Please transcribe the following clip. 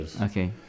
Okay